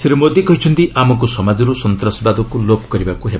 ଶ୍ରୀ ମୋଦି କହିଛନ୍ତି ଆମକୁ ସମାଜରୁ ସନ୍ତାସବାଦକୁ ଲୋପ୍ କରିବାକୁ ହେବ